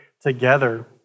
together